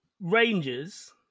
Rangers